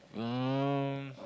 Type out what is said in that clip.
um